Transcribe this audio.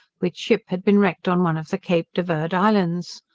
which ship had been wrecked on one of the cape de verd islands.